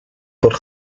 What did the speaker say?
por